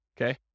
okay